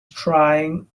trying